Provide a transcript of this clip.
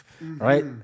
right